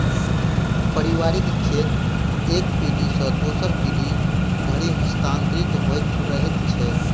पारिवारिक खेत एक पीढ़ी सॅ दोसर पीढ़ी धरि हस्तांतरित होइत रहैत छै